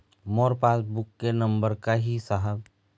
मोर passbook के नंबर का ही साहब?